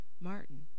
Martin